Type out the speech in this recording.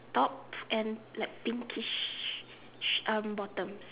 top and like pinkish um bottoms